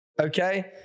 Okay